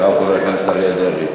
אחריו, חבר הכנסת אריה דרעי.